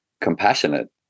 compassionate